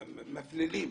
מפלילים.